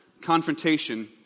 confrontation